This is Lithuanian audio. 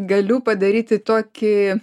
galiu padaryti tokį